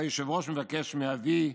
והיושב-ראש מבקש מאבי: